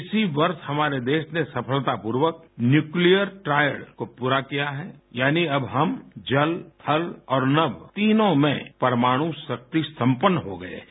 इसी वर्ष हमारे देश ने सफलतापूर्वक न्यूक्लियर ट्राइड को पूरा किया है यानी अब हम जल थल और नभ तीनों में परमाणुशक्ति संपन्न हो गए हैं